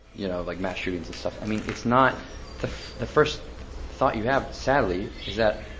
you know, like, mass shootings and stuff. i mean, it's not the the first thought you have, sadly, is that,